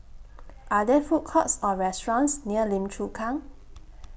Are There Food Courts Or restaurants near Lim Chu Kang